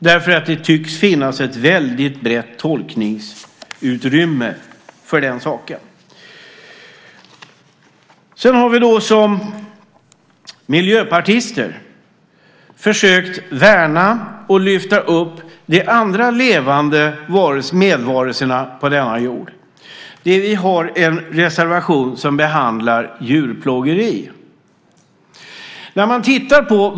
Det tycks nämligen finnas ett väldigt brett tolkningsutrymme för den saken. Som miljöpartister har vi också försökt värna och lyfta upp de andra levande medvarelserna på denna jord. Vi har en reservation som behandlar djurplågeri.